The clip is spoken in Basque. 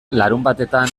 larunbatetan